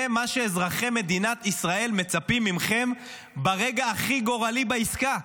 זה מה שאזרחי מדינת ישראל מצפים מכם ברגע הכי גורלי בעסקה.